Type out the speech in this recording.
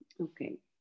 Okay